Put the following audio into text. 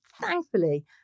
thankfully